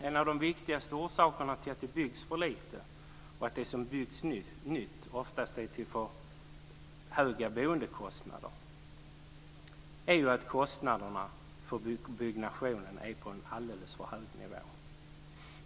En av de viktigaste orsakerna till att det byggs för lite och till att det när det byggs nytt oftast är för höga boendekostnader är att kostnaderna för byggnationerna ligger på en alldeles för hög nivå.